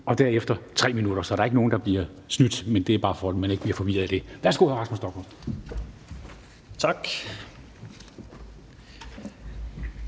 og derefter 3 minutter på knappen. Så der er ikke nogen, der bliver snydt, men det er bare, så man ikke bliver forvirret af det. Værsgo, hr. Rasmus Stoklund. Kl.